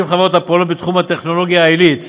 חברות הפועלות בתחום הטכנולוגיה העילית,